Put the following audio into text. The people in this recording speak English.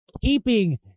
keeping